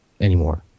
anymore